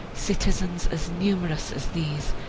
citizens as numerous as these,